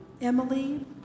Emily